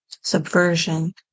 subversion